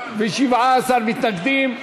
17 מתנגדים.